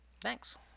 Thanks